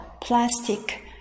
plastic